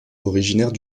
originaire